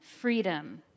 Freedom